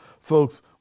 folks